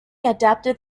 adapted